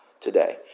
today